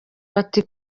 bati